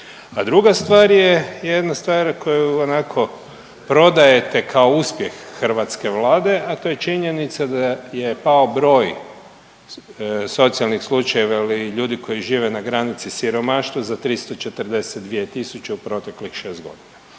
druga stvar je jedna stvar koju onako prodajete kao uspjeh hrvatske Vlade, a to je činjenica da je pao broj socijalnih slučajeva ili ljudi koji žive na granici siromaštva za 342 tisuće u proteklih 6 godina.